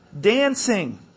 Dancing